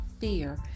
fear